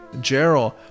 Gerald